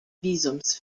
visums